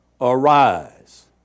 arise